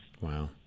wow